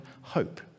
hope